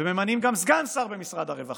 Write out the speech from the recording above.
וממנים גם סגן שר במשרד הרווחה,